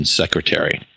secretary